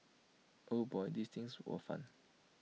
oh boy these things were fun